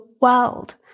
world